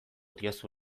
diozu